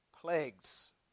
plagues